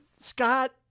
Scott